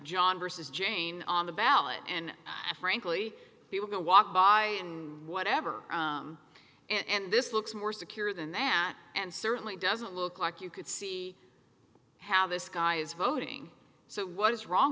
john versus jane on the ballot and i frankly people can walk by and whatever and this looks more secure than that and certainly doesn't look like you could see how this guy is voting so what is wrong